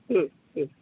হুম হুম